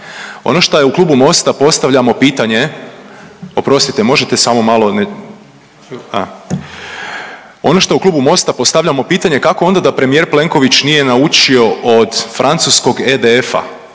Ono što u Klubu Mosta postavljamo pitanje, kako onda da premijer Plenković nije naučio od francuskog EDF-a,